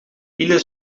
ine